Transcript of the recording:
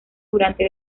durante